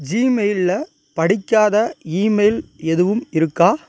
ஜிமெயிலில் படிக்காத இமெயில் எதுவும் இருக்கா